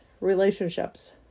relationships